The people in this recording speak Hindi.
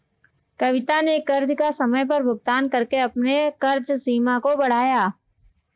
कविता ने कर्ज का समय पर भुगतान करके अपने कर्ज सीमा को बढ़ाया